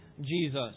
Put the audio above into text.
Jesus